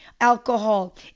alcohol